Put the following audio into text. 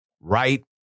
right